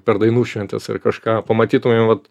per dainų šventes ar kažką pamatytumėm vat